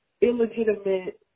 illegitimate